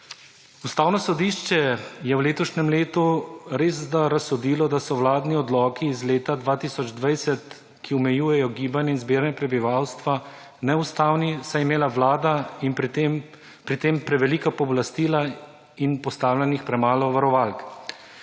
Ustavno sodišče je v letošnjem letu res razsodilo, da so vladni odloki iz leta 2020, ki omejujejo gibanje in zbiranje prebivalstva neustavni, saj je imela vlada pri tem prevelika pooblastila in postavljenih premalo varovalk.